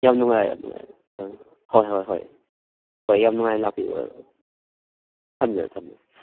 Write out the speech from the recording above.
ꯌꯥꯝ ꯅꯨꯡꯉꯥꯏꯔꯦ ꯌꯥꯝ ꯅꯨꯡꯉꯥꯏꯔꯦ ꯑꯪ ꯍꯣꯏ ꯍꯣꯏ ꯍꯣꯏ ꯍꯣꯏ ꯌꯥꯝ ꯅꯨꯡꯉꯥꯏꯅ ꯂꯥꯛꯄꯤꯔꯣ ꯊꯝꯖꯔꯦ ꯊꯝꯖꯔꯦ